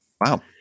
Wow